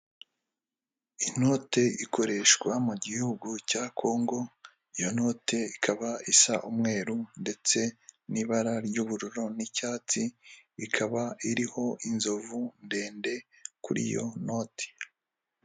Inote ikoreshwa mu gihugu cya Congo, iyo note ikaba isa umweru ndetse n'ibara ry'ubururu n'icyatsi ikaba iriho inzovu ndende kuri iyo noti.